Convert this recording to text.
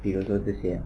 比如说这些